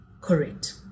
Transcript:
correct